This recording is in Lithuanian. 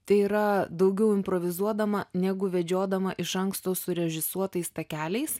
tai yra daugiau improvizuodama negu vedžiodama iš anksto surežisuotais takeliais